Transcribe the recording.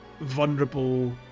vulnerable